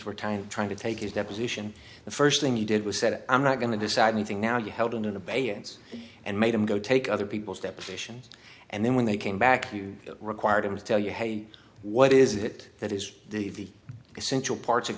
were time trying to take his deposition the first thing you did was said i'm not going to decide anything now you held in abeyance and made him go take other people's depositions and then when they came back you required them to tell you hey what is it that is the essential parts of